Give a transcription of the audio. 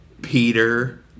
Peter